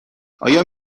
آیا